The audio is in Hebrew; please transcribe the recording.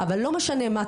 אבל לא משנה מה,